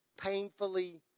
painfully